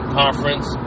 conference